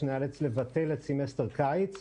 שנאלץ לבטל את סמסטר קיץ,